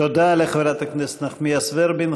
תודה לחברת הכנסת נחמיאס ורבין.